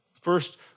first